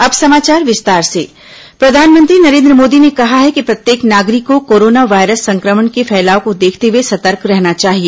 corona प्रधानमंत्री जनता curfew प्रधानमंत्री नरेन्द्र मोदी ने कहा है कि प्रत्येक नागरिक को कोरोना वायरस संक्रमण के फैलाव को देखते हुए सतर्क रहना चाहिए